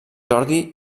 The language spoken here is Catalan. jordi